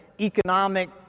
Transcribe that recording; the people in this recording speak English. economic